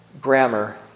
grammar